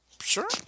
Sure